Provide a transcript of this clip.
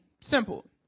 simple